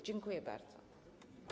Dziękuję bardzo.